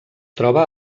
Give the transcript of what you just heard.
troba